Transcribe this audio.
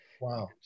Wow